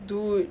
dude